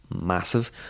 massive